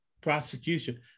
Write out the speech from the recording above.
prosecution